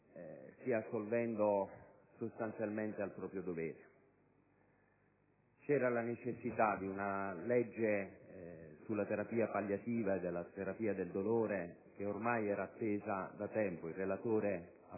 stia assolvendo sostanzialmente al proprio dovere. C'era la necessità di una legge sulla terapia palliativa e sulla terapia del dolore che ormai era attesa da tempo. Il relatore ha